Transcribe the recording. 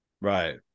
Right